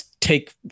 take